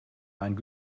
einen